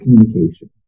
communication